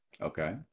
okay